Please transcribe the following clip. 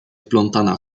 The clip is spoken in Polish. wplątana